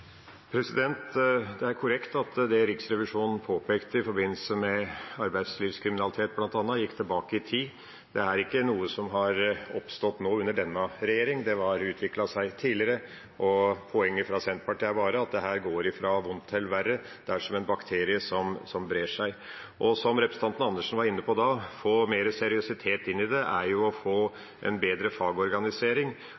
Det er korrekt at det Riksrevisjonen påpekte i forbindelse med arbeidslivskriminalitet, bl.a., gikk tilbake i tid. Det er ikke noe som har oppstått nå, under denne regjering. Det har utviklet seg tidligere, og poenget fra Senterpartiet er bare at dette går fra vondt til verre. Det er som en bakterie som brer seg. Som representanten Andersen var inne på – å få mer seriøsitet inn i det er å